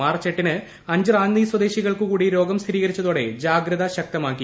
March എട്ടിന് അഞ്ച് റാന്നി സ്വദേശികൾക്കുകൂടി രോഗം സ്ഥിരീകരിച്ചതോടെ ജാഗ്രത ശക്തമാക്കി